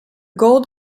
gold